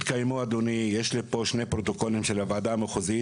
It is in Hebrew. יש לי פה שני פרוטוקולים של הוועדה המחוזית.